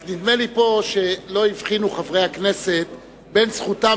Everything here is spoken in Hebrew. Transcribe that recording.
אבל נדמה לי שלא הבחינו חברי הכנסת בין זכותם